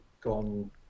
gone